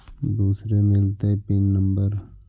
दुसरे मिलतै pin number?